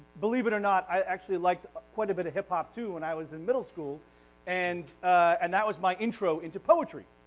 believe it or not i actually liked quite a bit of hip hop too when i was in middle school and and that was my intro into poetry.